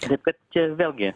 taip kad čia vėlgi